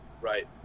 Right